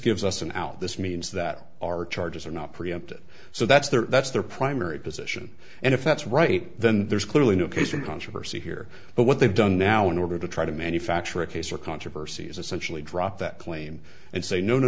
gives us an out this means that our charges are not preempted so that's their that's their primary position and if that's right then there's clearly no case in controversy here but what they've done now in order to try to manufacture a case or controversy is essentially drop that claim and say no no